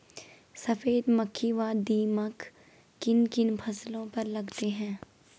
सफेद मक्खी व दीमक किन किन फसलों पर लगते हैं?